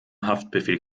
haftbefehl